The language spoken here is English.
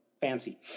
fancy